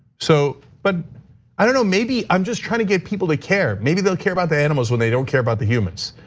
so but i don't know, maybe i'm just trying to get people to care. maybe they'll care about the animals when they don't care about the humans.